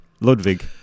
Ludwig